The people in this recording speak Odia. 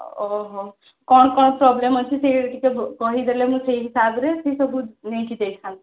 ଓହୋ କ'ଣ କ'ଣ ପ୍ରୋବ୍ଲେମ୍ ଅଛି ସେଇଟା ଟିକେ କହିଦେଲେ ମୁଁ ସେଇ ହିସାବରେ ସିଏ ସବୁ ନେଇକି ଯାଇଥାନ୍ତି